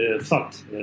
thought